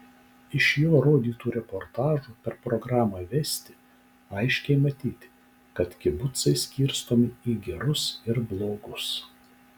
iš jo rodytų reportažų per programą vesti aiškiai matyti kad kibucai skirstomi į gerus ir blogus